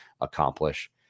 accomplish